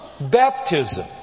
baptism